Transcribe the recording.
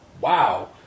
Wow